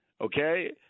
Okay